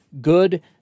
good